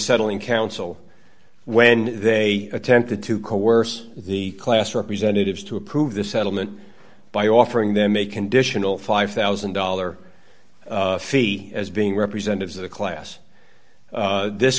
settling council when they attempted to coerce the class representatives to approve the settlement by offering them a conditional five thousand dollars fee as being representatives of the class this